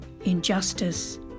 injustice